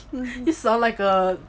sounds like a